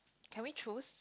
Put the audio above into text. can we choose